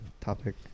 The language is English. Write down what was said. topic